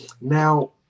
Now